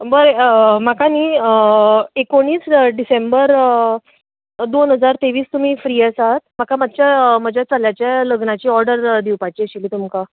बरें म्हाका न्हय एकोणीस डिसेंबर दोन हजार तेवीस तुमी फ्री आसात म्हाका मात्शा म्हज्या चल्याचे लग्नाची ऑडर दिवपाची आशिल्ली तुमकां